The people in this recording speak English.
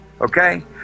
Okay